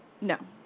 No